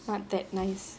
not that nice